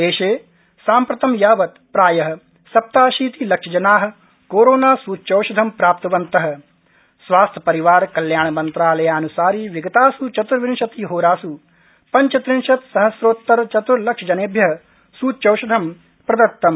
देशे साम्प्रतं यावत् प्रायः सप्ताशीति लक्षजना कोरोना सूच्यौषधं प्राप्तवन्त स्वास्थ्य परिवार कल्याणमंत्रालयान्सारि विगतास् चत्र्विशतिहोरास् पञ्चत्रिंशत् सहस्त्रोत्तरचत्र्लक्षजनेभ्य सूच्यौषधं प्रदत्तम्